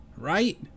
right